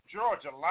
Georgia